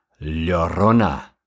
Llorona